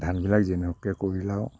ধানবিলাক যেনেকৈ কৰিল আৰু